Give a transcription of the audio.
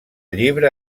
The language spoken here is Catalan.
llibre